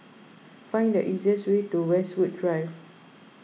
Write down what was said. find the easiest way to Westwood Drive